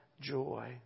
joy